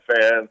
fans